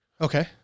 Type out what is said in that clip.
Okay